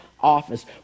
office